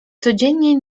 codziennie